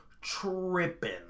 tripping